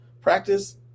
practice